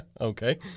Okay